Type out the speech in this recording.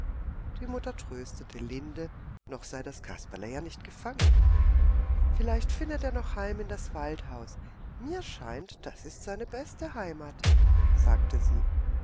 die mutter tröstete linde noch sei kasperle ja nicht gefangen vielleicht findet er noch heim in das waldhaus mir scheint das ist seine beste heimat sagte sie